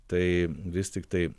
tai vis tiktai